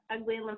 Ugly